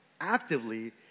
actively